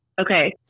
Okay